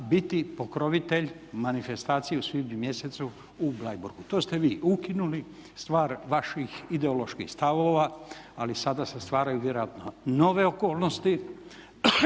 biti pokrovitelj manifestacije u svibnju mjesecu u Bleiburgu. To ste vi ukinuli. Stvar vaših ideoloških stavova, ali sada se stvaraju vjerojatno nove okolnosti